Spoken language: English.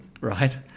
right